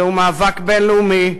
זהו מאבק בין-לאומי,